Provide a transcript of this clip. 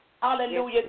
Hallelujah